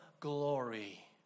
glory